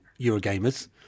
Eurogamers